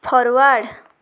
forward